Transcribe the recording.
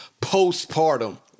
postpartum